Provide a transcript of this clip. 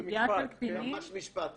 ממש במשפט.